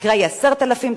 התקרה היא 10,000 שקלים,